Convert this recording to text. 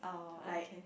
like